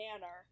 manner